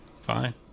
fine